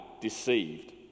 deceived